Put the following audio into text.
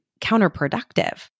counterproductive